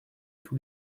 tous